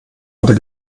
oder